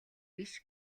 биш